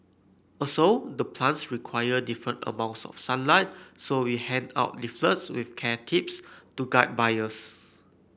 also the plants require different amounts of sunlight so we hand out leaflets with care tips to guide buyers